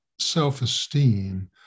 self-esteem